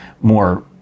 more